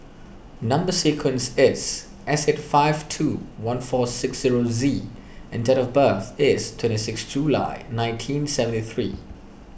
Number Sequence is S eight five two one four six zero Z and date of birth is twenty six July nineteen seventy three